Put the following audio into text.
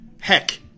heck